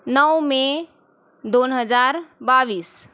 नऊ मे दोन हजार बावीस